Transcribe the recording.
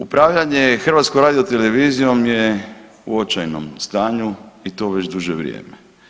Upravljanje HRT-om je u očajnom stanju i to već duže vrijeme.